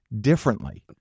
differently